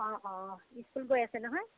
অঁ অঁ ইস্কুল গৈ আছে নহয়